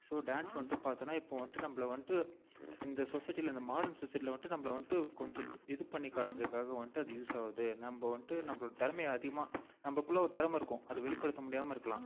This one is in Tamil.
ஸோ டான்ஸ் வந்துட்டு பார்த்தோன்னா இப்போது வந்துட்டு நம்மள வந்துட்டு இந்த சொசைட்டியில் இந்த மாடர்ன் சொசைட்டியில் வந்துட்டு நம்மள வந்துட்டு கொஞ்சம் ப இது பண்ணி காட்டுறதுக்காக வந்துட்டு அது யூஸ் ஆகுது நம்ம வந்துட்டு நம்மளோட திறமைய அதிகமாக நம்மளுக்குள்ள ஒரு திறம இருக்கும் அதை வெளிப்படுத்த முடியாமல் இருக்கலாம்